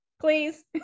please